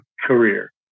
career